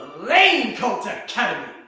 raincoat academy.